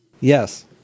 Yes